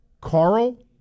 Carl